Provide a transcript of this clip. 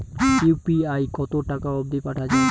UPI কতো টাকা অব্দি পাঠা যায়?